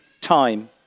time